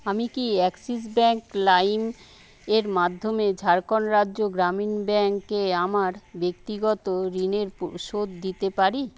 আমি কি Axis Bank লাইমের মাধ্যমে ঝাড়খন্ড রাজ্য গ্রামীণ ব্যাঙ্কে আমার ব্যক্তিগত ঋণের শোধ দিতে পারি